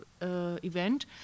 event